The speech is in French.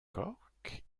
cork